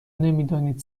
نمیدانید